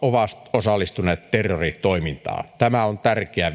osallistuneet terroritoimintaan tämä on tärkeä